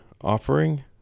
offering